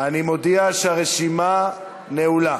אני מודיע שהרשימה נעולה.